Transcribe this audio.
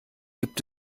gibt